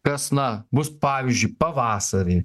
kas na bus pavyzdžiui pavasarį